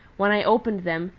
when i opened them,